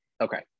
Okay